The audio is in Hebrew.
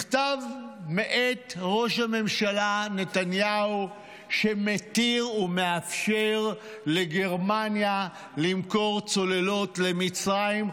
מכתב מאת ראש הממשלה נתניהו שמתיר ומאפשר לגרמניה למכור צוללות למצרים,